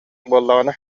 буоллаҕына